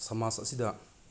ꯁꯃꯥꯖ ꯑꯁꯤꯗ